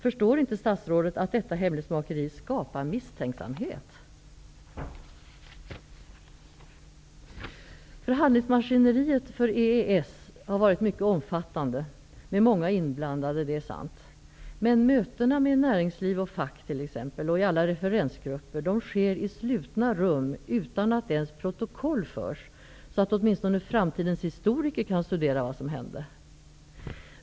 Förstår inte statsrådet att detta hemlighetsmakeri skapar misstänksamhet? Förhandlingsmaskineriet för EES har varit mycket omfattande, med många inblandade -- det är sant. Men möten med näringsliv och fack och i alla referensgrupper sker i slutna rum utan att protokoll förs, så att inte ens framtidens historiker kan studera vad som hände.